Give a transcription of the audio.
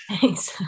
Thanks